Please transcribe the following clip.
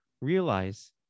realize